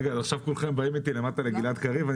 רגע, אז עכשיו כולכם באים איתי למטה לגלעד קריב?